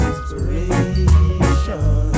inspiration